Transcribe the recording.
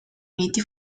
uniti